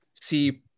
see